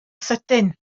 sydyn